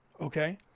Okay